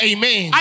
Amen